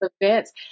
events